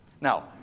Now